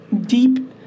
deep